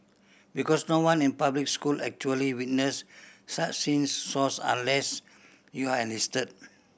because no one in public school actually witness such scene Source Unless you're enlisted